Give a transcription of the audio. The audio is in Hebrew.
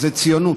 זה ציונות,